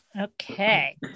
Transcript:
Okay